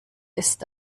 ist